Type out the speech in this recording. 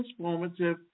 transformative